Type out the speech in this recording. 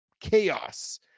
chaos